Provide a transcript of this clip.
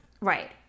Right